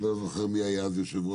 אני לא זוכר מי היה אז היושב-ראש.